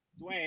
Dwayne